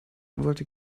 wollte